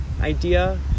idea